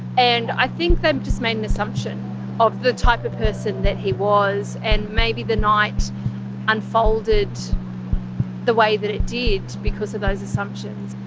and i think they've just made an assumption of the type of person that he was. and maybe the night unfolded the way that it did because of those assumptions,